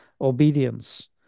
obedience